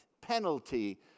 penalty